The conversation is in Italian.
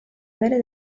vele